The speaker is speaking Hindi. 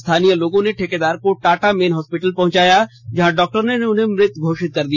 स्थानीय लोगों ने ठेकेदार को टाटा मेन हॉस्पिटल पहुंचाया गया जहां डॉक्टरों ने उन्हें मृत घोषित कर दिया